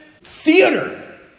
theater